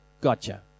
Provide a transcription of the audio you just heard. gotcha